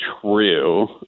true